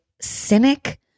cynic